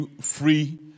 Free